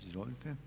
Izvolite.